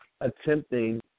attempting